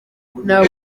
ntabwo